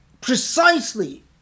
precisely